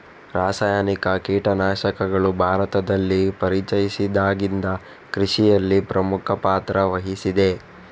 ರಾಸಾಯನಿಕ ಕೀಟನಾಶಕಗಳು ಭಾರತದಲ್ಲಿ ಪರಿಚಯಿಸಿದಾಗಿಂದ ಕೃಷಿಯಲ್ಲಿ ಪ್ರಮುಖ ಪಾತ್ರ ವಹಿಸಿದೆ